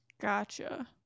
Gotcha